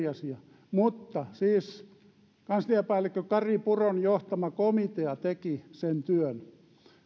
asia mutta siis kansliapäällikkö kari puron johtama komitea teki sen työn